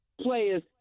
players